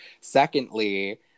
Secondly